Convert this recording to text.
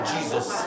Jesus